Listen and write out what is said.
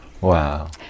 Wow